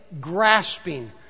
Grasping